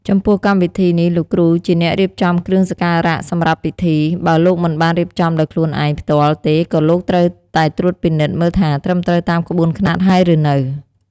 ចំពោះកម្មវិធីនេះលោកគ្រូជាអ្នករៀបចំគ្រឿងសក្ការៈសម្រាប់ពិធី បើលោកមិនបានរៀបចំដោយខ្លួនឯងផ្ទាល់ទេក៏លោកត្រូវតែត្រួតពិនិត្យមើលថាត្រឹមត្រូវតាមក្បួនខ្នាតហើយឬនៅ។